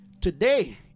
Today